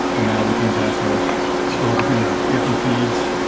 and now we can just sort of scroll between the different feeds